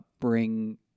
bring